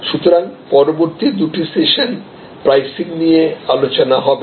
সুতরাং পরবর্তী দুটি সেশন প্রাইসিং নিয়ে আলোচনা হবে